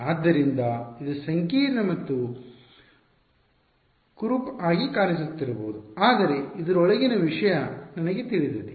ಆದ್ದರಿಂದ ಇದು ಸಂಕೀರ್ಣ ಮತ್ತು ಕೊಳಕು ಕುರೂಪ ಆಗಿ ಕಾಣಿಸುತ್ತಿರಬಹುದು ಆದರೆ ಇದರೊಳಗಿನ ವಿಷಯ ನನಗೆ ತಿಳಿದಿದೆ